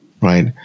right